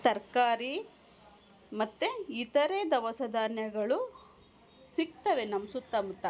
ತರಕಾರಿ ಮತ್ತು ಇತರೆ ದವಸ ಧಾನ್ಯಗಳು ಸಿಗ್ತವೆ ನಮ್ಮ ಸುತ್ತಮುತ್ತ